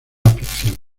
afición